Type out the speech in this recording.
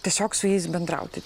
tiesiog su jais bendrauti